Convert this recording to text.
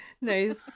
nice